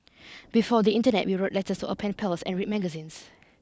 before the internet we wrote letters to our pen pals and read magazines